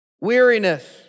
Weariness